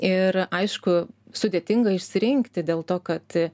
ir aišku sudėtinga išsirinkti dėl to kad